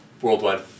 worldwide